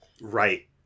right